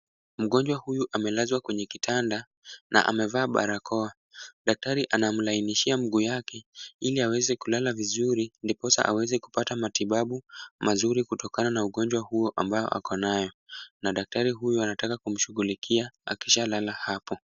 Mgonjwa huyu amelazwa kwenye kitanda na amevaa barakoa. Daktari anamlainishia mguu yake ili aweze kulala vizuri ndiposa aweze kupata matibabu mazuri kutokana na ugonjwa huo ambayo ako nayo na daktari huyo anataka kushughulikia akishalala hapo.